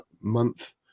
month